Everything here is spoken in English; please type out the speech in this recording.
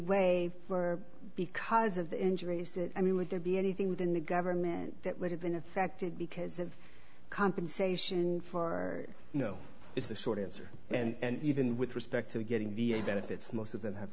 way for because of the injuries that i mean would there be anything within the government that would have been affected because of compensation for you know is the short answer and even with respect to getting v a benefits most of them have